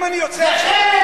זה חרם.